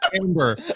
Amber